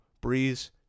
Breeze